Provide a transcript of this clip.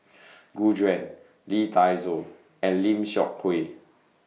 Gu Juan Lee Dai Soh and Lim Seok Hui